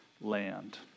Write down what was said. land